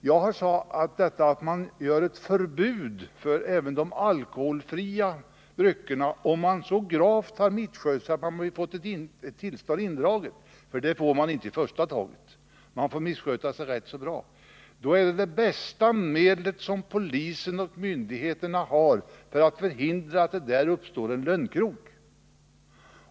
Jag vill sedan säga något om förbudet mot servering av även alkoholfria drycker om någon misskött en serveringsrörelse så gravt att tillståndet till servering av alkoholdrycker dragits in. En sådan indragning sker inte i första taget, utan då måste man ha misskött sig ganska ordentligt. I sådana fall är det här förbudet det bästa medlet som polisen och myndigheterna har för att förhindra att det uppstår en lönnkrog.